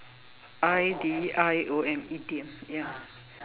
I D I O M idiom ya